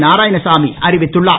நாராயணசாமி அறிவித்துள்ளார்